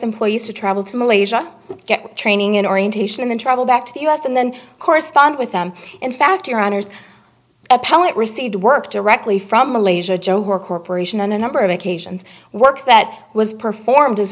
employees to travel to malaysia get training in orientation and travel back to the us and then correspond with them in fact your honour's appellate received work directly from malaysia johor corporation on a number of occasions work that was performed as